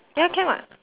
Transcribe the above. ya can [what]